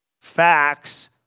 Facts